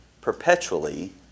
perpetually